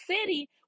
city